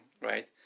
right